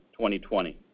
2020